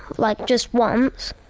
like just once.